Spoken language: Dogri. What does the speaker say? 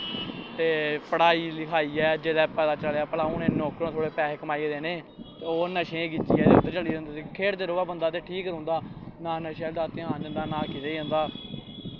ते पढ़ाई लखाइयै जिसलै पता चलेआ भला हून नौकर होई गै पैसे कमाइयै देने ओह् नशें च गिज्जिया खेढदे रवै बंदा ते ठीक रौंह्दा नां नशें अल्ल ध्यान जंदा नां कीते जंदा